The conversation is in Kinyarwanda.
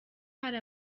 hari